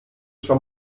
schon